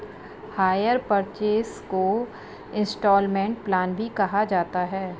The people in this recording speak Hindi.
हायर परचेस को इन्सटॉलमेंट प्लान भी कहा जाता है